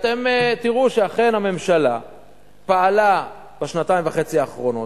אתם תראו שאכן הממשלה פעלה בשנתיים וחצי האחרונות,